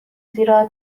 زیرا